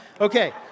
Okay